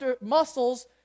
muscles